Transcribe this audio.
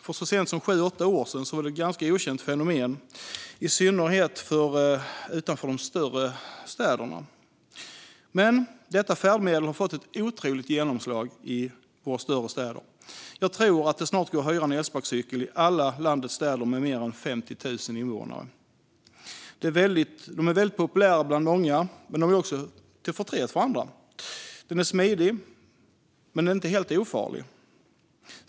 För så sent som sju åtta år sedan var de ett ganska okänt fenomen, i synnerhet för människor utanför de större städerna. Men detta färdmedel har fått ett otroligt genomslag i våra större städer. Jag tror att det snart går att hyra en elsparkcykel i alla landets städer med mer än 50 000 invånare. Elsparkcyklarna är väldigt populära bland många, men de också till förtret för andra. De är smidiga, men de är inte helt ofarliga.